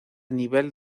nivel